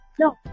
No